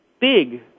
big